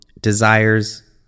desires